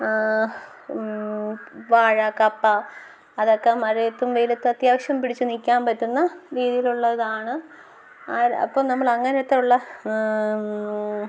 വാഴ കപ്പ അതൊക്കെ മഴയത്തും വെയിലത്തും അത്യാവശ്യം പിടിച്ചു നിൽക്കാൻ പറ്റുന്ന രീതിയിലുള്ളതാണ് അപ്പം നമ്മളങ്ങനെത്തെയുള്ള